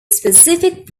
specific